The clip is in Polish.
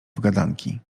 pogadanki